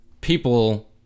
people